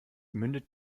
mündet